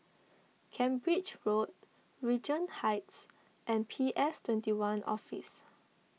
Cambridge Road Regent Heights and P S twenty one Office